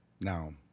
now